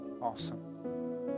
awesome